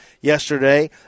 Yesterday